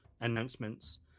announcements